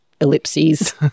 ellipses